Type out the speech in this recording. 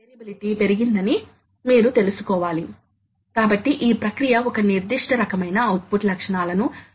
కాబట్టి దానిని కొనుగోలు చేసే ముందు యంత్రం లో ఎలాంటి ప్రోగ్రామింగ్ సదుపాయాలు ఉన్నాయో పరిశీలించాలి